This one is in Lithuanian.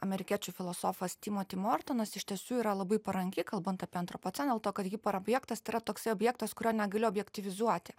amerikiečių filosofas timoti mortonas iš tiesų yra labai paranki kalbant apie antropoceną dėl to kad hiperobjektas tai yra toksai objektas kurio negali objektyvizuoti